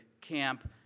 camp